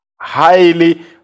highly